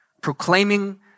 Proclaiming